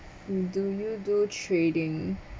do you do trading